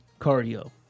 cardio